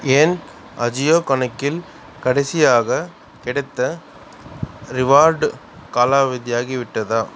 என் அஜியோ கணக்கில் கடைசியாகக் கிடைத்த ரிவார்டு காலாவதியாகிவிட்டதா